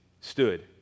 stood